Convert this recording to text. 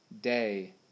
Day